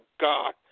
God